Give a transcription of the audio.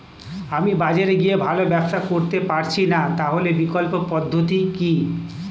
আমি বাজারে গিয়ে ভালো ব্যবসা করতে পারছি না তাহলে বিকল্প পদ্ধতি কি?